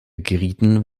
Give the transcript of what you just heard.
gerieten